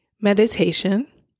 meditation